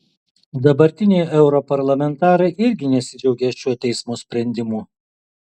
dabartiniai europarlamentarai irgi nesidžiaugė šiuo teismo sprendimu